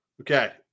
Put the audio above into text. Okay